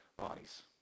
bodies